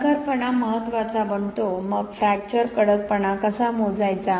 कणखरपणा महत्वाचा बनतो मग फ्रॅक्चर कडकपणा कसा मोजायचा